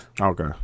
Okay